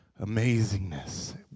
amazingness